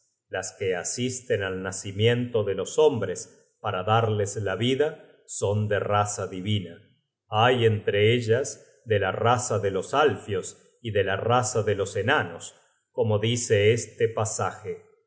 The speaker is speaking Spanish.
las que asisten al nacimiento de los hombres para darles vida son de raza divina hay entre ellas de la raza de los alfios y de la raza de los enanos como dice este pasaje